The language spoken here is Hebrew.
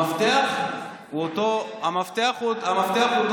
המפתח הוא אותו מפתח.